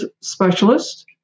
specialist